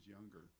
younger